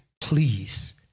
please